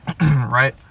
Right